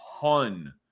ton